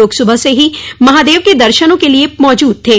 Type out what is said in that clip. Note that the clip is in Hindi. लोग सुबह से ही महादेव के दर्शनों के लिए मौजूद थे